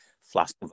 flask